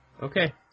Okay